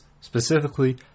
specifically